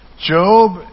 Job